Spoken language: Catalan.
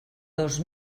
dos